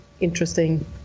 interesting